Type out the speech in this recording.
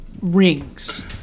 rings